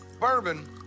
Bourbon